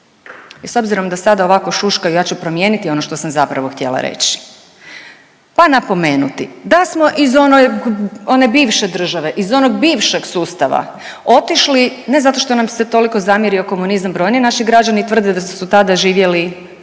I s obzirom da sada ovako šuškaju ja ću promijeniti ono što sam zapravo htjela reći, pa napomenuti da smo iz one bivše države iz onog bivšeg sustava otišli ne zato što nam se toliko zamjerio komunizam, brojni naši građani tvrde da su tada živjeli